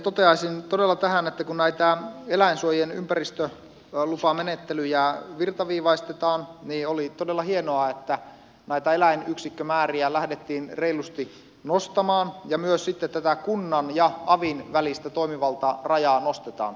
toteaisin todella tähän että kun näitä eläinsuojien ympäristölupamenettelyjä virtaviivaistetaan niin oli todella hienoa että näitä eläinyksikkömääriä lähdettiin reilusti nostamaan ja myös sitten tätä kunnan ja avin välistä toimivaltarajaa nostetaan